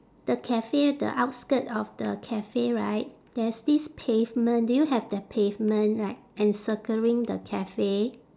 the cafe the outskirt of the cafe right there's this pavement do you have the pavement like encircling the cafe